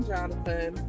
Jonathan